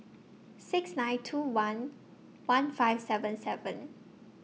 six nine two one one five seven seven